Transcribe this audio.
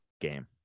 game